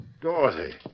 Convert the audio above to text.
Dorothy